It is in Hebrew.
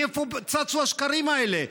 מאיפה צצו השקרים האלה,